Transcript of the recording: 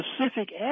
specific